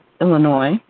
Illinois